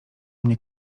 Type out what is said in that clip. mnie